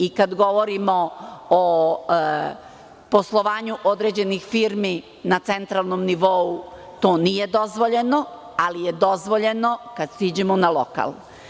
I kad govorimo o poslovanju određenih firmi na centralnom nivou, to nije dozvoljeno, ali je dozvoljeno kad siđemo na lokal.